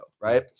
right